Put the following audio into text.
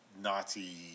Nazi